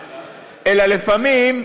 אלא לפעמים,